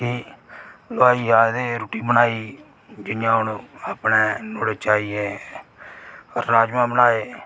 हलवाई आए दे है रुट्टी बनाई जियां हून अपने नुआढञे च आई गे राजमां बनाए